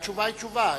התשובה היא תשובה.